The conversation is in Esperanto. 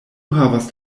havas